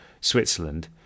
switzerland